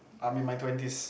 I'm in my twenties